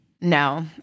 No